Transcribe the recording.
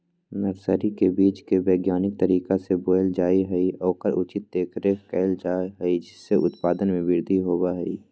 nursery में बीज के वैज्ञानिक तरीका से बोयल जा हई और ओकर उचित देखरेख कइल जा हई जिससे उत्पादन में वृद्धि होबा हई